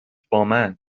بامن